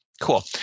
cool